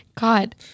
God